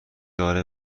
داره